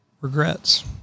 regrets